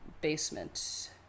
basement